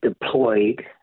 deployed